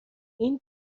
این